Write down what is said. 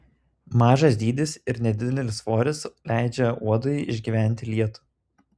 mažas dydis ir nedidelis svoris leidžia uodui išgyventi lietų